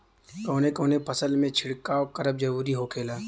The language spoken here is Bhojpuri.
कवने कवने फसल में छिड़काव करब जरूरी होखेला?